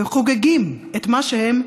וחוגגים את מה שהם,